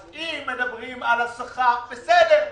אז אם מדברים על השכר בסדר,